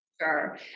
Sure